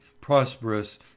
prosperous